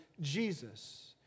Jesus